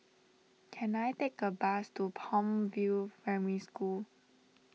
can I take a bus to Palm View Primary School